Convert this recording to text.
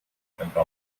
pentru